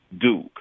Duke